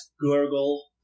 gurgle